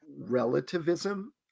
relativism